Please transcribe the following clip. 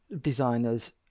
designers